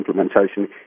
implementation